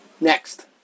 Next